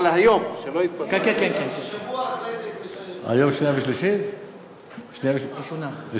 אבל